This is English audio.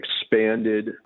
expanded